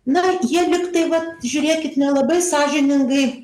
na jie lygtai vat žiūrėkit nelabai sąžiningai